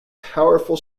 powerful